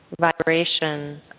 vibration